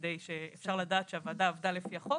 כדי שנוכל לדעת שהוועדה עבדה לפי החוק